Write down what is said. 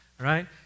right